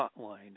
hotline